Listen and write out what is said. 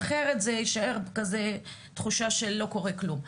אחרת זה יישאר בתחושה שלא קורה כלום.